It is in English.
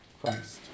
Christ